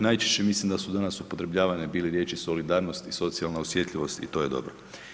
Najčešće mislim da su danas upotrebljavane bile riječi solidarnost i socijalna osjetljivost i to je dobro.